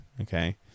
okay